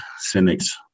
Cynics